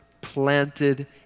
planted